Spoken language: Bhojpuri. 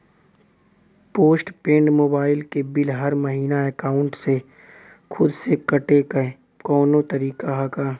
पोस्ट पेंड़ मोबाइल क बिल हर महिना एकाउंट से खुद से कटे क कौनो तरीका ह का?